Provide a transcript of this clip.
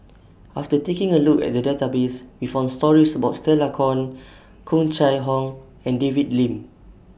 after taking A Look At The Database We found stories about Stella Kon Tung Chye Hong and David Lim